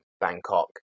Bangkok